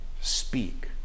Speak